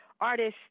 artists